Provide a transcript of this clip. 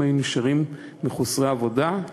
והם היו נשארים מחוסרי עבודה,